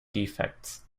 defects